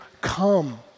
come